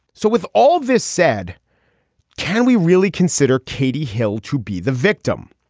so with all this said can we really consider katie hill to be the victim.